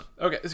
okay